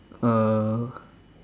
uh